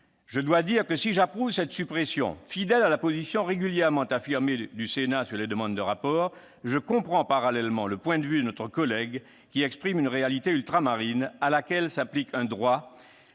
Je dois le dire, si j'approuve cette suppression, fidèle à la position régulièrement affirmée par le Sénat sur les demandes de rapport, je comprends néanmoins, parallèlement, le point de vue de notre collègue. Celui-ci exprime une réalité ultramarine, à laquelle s'applique un droit